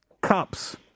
cups